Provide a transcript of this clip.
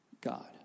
God